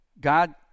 God